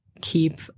keep